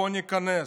בואו ניכנס,